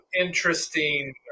interesting